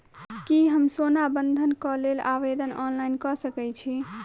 की हम सोना बंधन कऽ लेल आवेदन ऑनलाइन कऽ सकै छी?